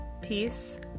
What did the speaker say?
Peace